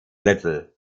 little